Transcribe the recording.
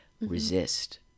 resist